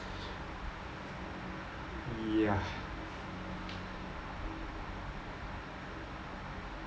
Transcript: ya